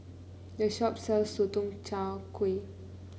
this shop sells Sotong Char Kway